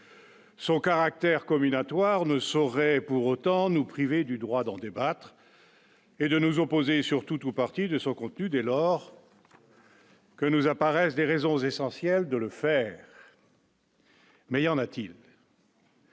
Son caractère communal Touaregs ne saurait pour autant nous priver du droit d'en débattre. Et de nous opposer sur tout ou partie de son contenu, de l'or. Que nous apparaissent des raisons essentielles de le faire. Mais il y en a-t-il.